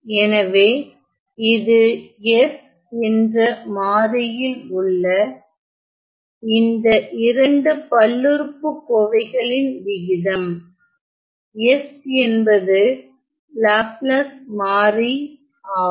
எனவே இது s என்ற மாறியில்உள்ள இந்த இரண்டு பல்லுறுப்புக் கோவைகளின் விகிதம் s என்பது லாப்லாஸ் மாறி ஆகும்